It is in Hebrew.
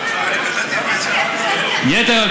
יתר על